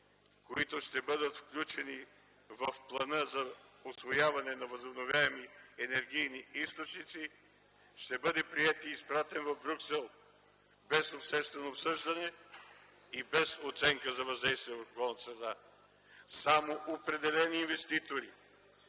които ще бъдат включени в плана за усвояване на възобновяеми енергийни източници, ще бъде приет и изпратен в Брюксел, без обществено обсъждане и без оценка за въздействие върху околната среда. Само определени инвеститори,